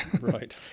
right